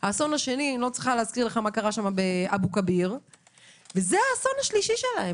השני לא צריכה להזכיר מה קרה באבו כביר וזה האסון השלישי שלהם.